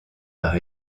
par